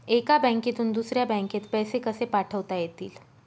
एका बँकेतून दुसऱ्या बँकेत पैसे कसे पाठवता येतील?